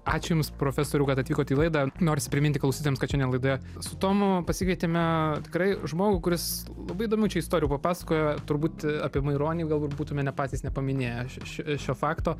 ačiū jums profesoriau kad atvykot į laidą norisi priminti klausytojams kad šiandien laidoje su tomu pasikvietėme tikrai žmogų kuris labai įdomių čia istorijų papasakojo turbūt apie maironį galbūt būtume ne patys nepaminėję šio fakto